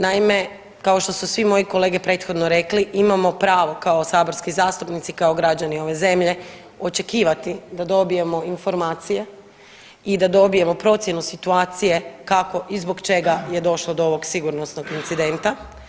Naime, kao što su svi moji kolege prethodno rekli imamo pravo kao saborski zastupnici, kao građani ove zemlje očekivati da dobijemo informacije i da dobijemo procjenu situacije kako i zbog čega je došlo do ovog sigurnosnog incidenta.